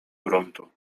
gruntu